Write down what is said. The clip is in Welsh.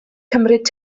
cymryd